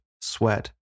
sweat